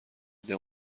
عده